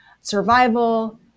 survival